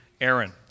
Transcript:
Aaron